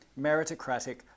meritocratic